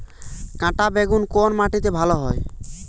কাঁটা বেগুন কোন মাটিতে ভালো হয়?